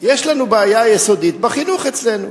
יש לנו בעיה יסודית בחינוך אצלנו,